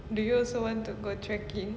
do you also want to go trekking